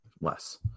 less